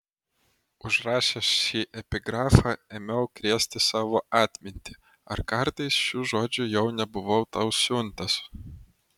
užrašęs šį epigrafą ėmiau krėsti savo atmintį ar kartais šių žodžių jau nebuvau tau siuntęs